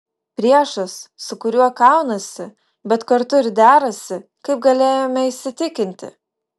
priešas su kuriuo kaunasi bet kartu ir derasi kaip galėjome įsitikinti